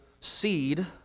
seed